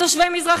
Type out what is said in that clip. תושבי מזרח